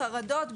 חרדות,